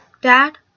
Dad